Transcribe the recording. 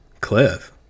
Cliff